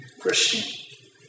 Christian